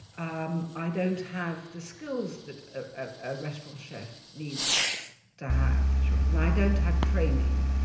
um i don't have the skills that a restaurant chef needs to have and i don't have training.